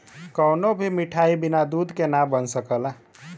कवनो भी मिठाई बिना दूध के ना बन सकला